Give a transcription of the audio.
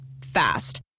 Fast